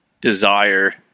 desire